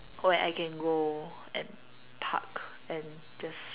where I can go and park and just